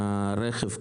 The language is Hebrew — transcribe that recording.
לעניין הוראת השעה.